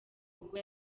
ubwo